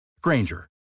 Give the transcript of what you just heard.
Granger